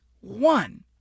one